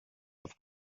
auf